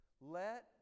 Let